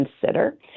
consider